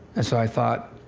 and so i thought,